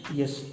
yes